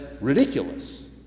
ridiculous